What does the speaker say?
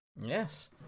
Yes